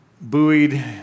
buoyed